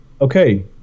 Okay